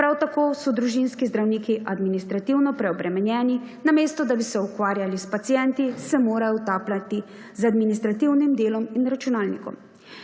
Prav tako so družinski zdravniki administrativno preobremenjeni, namesto da bi se ukvarjali s pacienti, se morajo ukvarjati z administrativnim delom in računalnikom.